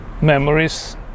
memories